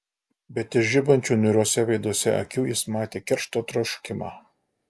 bet iš žibančių niūriuose veiduose akių jis matė keršto troškimą